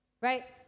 right